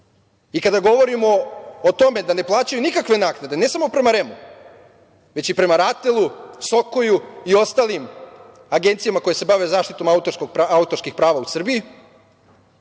kada govorimo o tome da ne plaćaju nikakve naknade ne samo prema REM-u, već i prema RATEL-u, SOKOJ-u i ostalim agencijama koje se bave zaštitom autorskih prava u Srbiji,